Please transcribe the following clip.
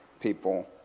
people